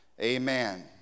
Amen